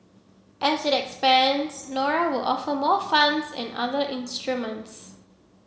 as it expands Nora were offer more funds and other instruments